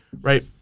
right